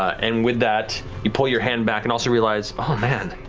and with that, you pull your hand back and also realize, oh man,